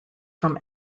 from